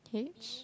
cage